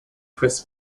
chris